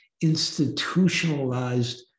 institutionalized